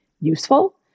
useful